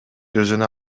өзүнө